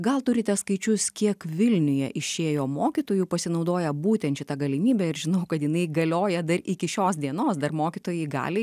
gal turite skaičius kiek vilniuje išėjo mokytojų pasinaudoję būtent šita galimybe ir žinau kad jinai galioja dar iki šios dienos dar mokytojai gali